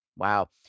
Wow